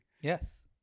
Yes